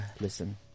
Listen